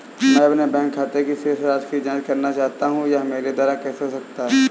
मैं अपने बैंक खाते की शेष राशि की जाँच करना चाहता हूँ यह मेरे द्वारा कैसे हो सकता है?